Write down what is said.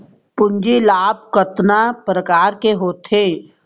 पूंजी लाभ कतना प्रकार के होथे?